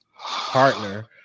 partner